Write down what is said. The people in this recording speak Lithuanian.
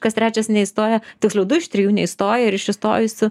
kas trečias neįstoja tiksliau du iš trijų neįstoja ir iš įstojusių